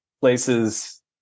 places